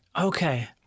Okay